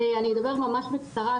אני אדבר ממש בקצרה,